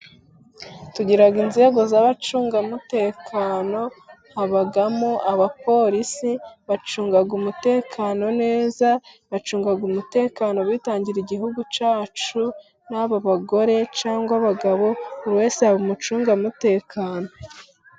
Tugira inzego z'abacungamutekano habamo abapolisi bacunga umutekano neza, bacunga umutekano bitangira igihugu cyacu, baba abagore cyangwa abagabo buri wese yaba umucungamutekano.